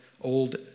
old